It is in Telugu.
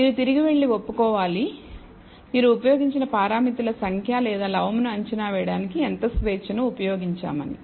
మీరు తిరిగి వెళ్లిఒప్పుకోవాలి మీరు ఉపయోగించిన పారామితులు సంఖ్య లేదా లవమును అంచనా వేయడానికి ఎంత స్వేచ్ఛను ఉపయోగించమని